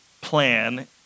plan